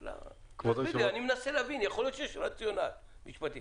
למה ריבונו של עולם זה לא יכול להיות באתר של אגף הרכב של משרד התחבורה?